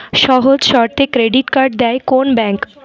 সহজ শর্তে credit card দেয় কোন ব্যাংক?